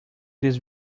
this